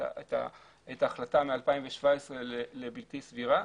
את ההחלטה מ-2017 לבלתי סבירה.